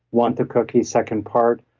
want the cookie, second part.